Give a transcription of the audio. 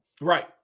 Right